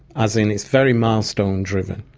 as in it's very milestone-driven.